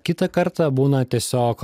kitą kartą būna tiesiog